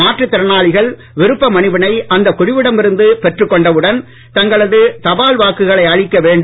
மாற்றுத்திறனாளிகள் விருப்ப மனுவினை அந்த குழுவிடம் இருந்து பெற்றுக் கொண்டவுடன் தங்களது தபால் வாக்குகளை அளிக்க வேண்டும்